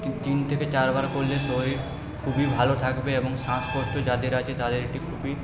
তিন থেকে চার বার করলে শরীর খুবই ভালো থাকবে এবং শ্বাসকষ্ট যাদের আছে তাদের এটি খুবই